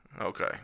Okay